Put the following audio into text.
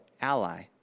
ally